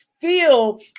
feel